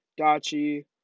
Dachi